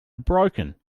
broken